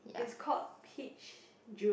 it's called peach juice